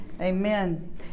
Amen